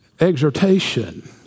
exhortation